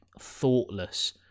thoughtless